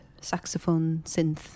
saxophone-synth